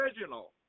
original